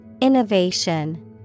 Innovation